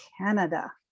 canada